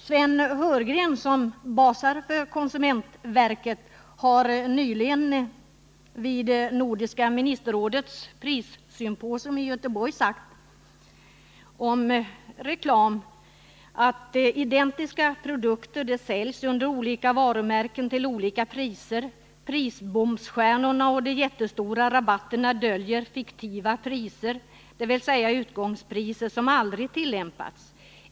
Sven Heurgren, som basar för konsumentverket, har nyligen, vid nordiska ministerrådets prissymposium i Göteborg, sagt om reklam: ”Identiska produkter säljs under olika varumärken till olika priser. Prisbombsstjärnorna och de "jättestora" rabatterna döljer fiktiva priser, dvs. utgångspriser som aldrig tillämpats.